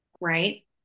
right